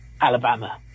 Alabama